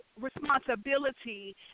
responsibility